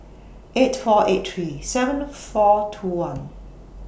eight four eight three seven four two one